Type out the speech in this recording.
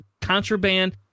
Contraband